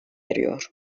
eriyor